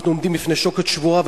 אנחנו עומדים בפני שוקת שבורה.